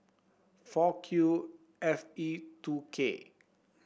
four Q F E two K